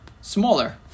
smaller